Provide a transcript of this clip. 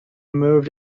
moved